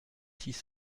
six